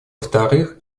вторых